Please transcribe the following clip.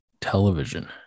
television